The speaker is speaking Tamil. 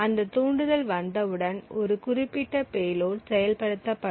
அந்த தூண்டுதல் வந்தவுடன் ஒரு குறிப்பிட்ட பேலோட் செயல்படுத்தப்படும்